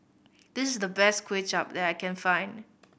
this the best Kuay Chap that I can find